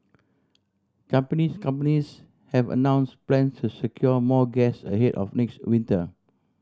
companies companies have announced plans to secure more gas ahead of next winter